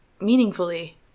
meaningfully